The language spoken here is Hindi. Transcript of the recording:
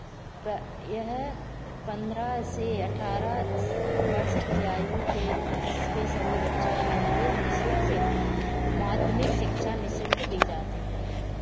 प्रा यह पन्द्रह से अठारह वर्ष की आयु के लि इसके सभी बच्चों के लिए निःशुल्क माध्यमिक शिक्षा निःशुल्क दी जाती है